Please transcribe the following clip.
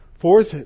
Fourth